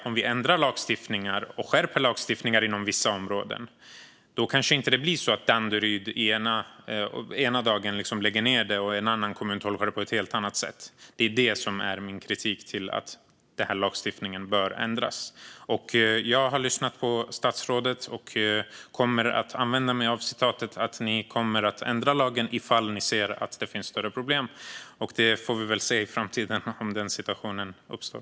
Om vi ändrar lagstiftningar och skärper lagstiftningar inom vissa områden kanske det inte blir så att Danderyd lägger ned detta och en annan kommun gör på ett helt annat sätt. Det är det som är min kritik och anledningen till att denna lagstiftning bör ändras. Jag har lyssnat på statsrådet och kommer att använda mig av uttalandet om att ni kommer att ändra lagen ifall ni ser att det finns större problem. Vi får väl se i framtiden om den situationen uppstår.